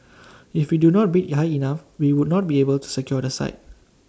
if we do not bid high enough we would not be able to secure the site